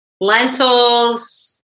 lentils